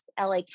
LA